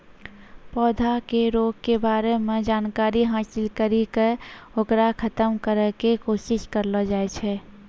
पौधा के रोग के बारे मॅ जानकारी हासिल करी क होकरा खत्म करै के कोशिश करलो जाय छै